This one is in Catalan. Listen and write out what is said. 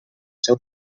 seus